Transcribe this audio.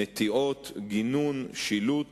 נטיעות, גינון, שילוט